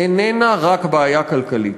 איננה רק בעיה כלכלית.